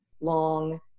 long